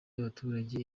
y’abaturage